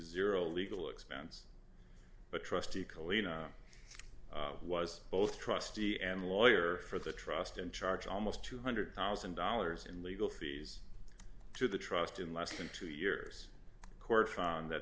zero legal expense but trusty khalifa was both trustee and the lawyer for the trust in charge almost two hundred thousand dollars in legal fees to the trust in less than two years court found that